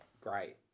great